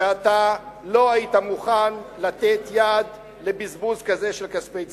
שאתה לא היית מוכן לתת יד לבזבוז כזה של כספי ציבור.